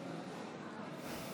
הכנסת